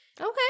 okay